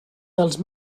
dels